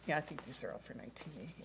i think these are all for nineteen